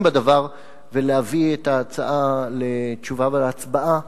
בדבר ולהביא את ההצעה לתשובה ולהצבעה,